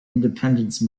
independence